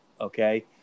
okay